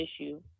issue